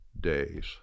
days